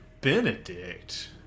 benedict